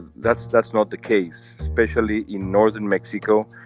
that's that's not the case especially in northern mexico.